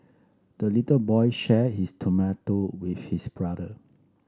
the little boy share his tomato with his brother